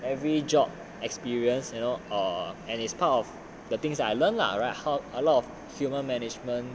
every job experience you know err and is part of the things I learnt lah right a lot of human management